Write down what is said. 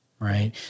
right